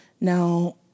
Now